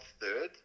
third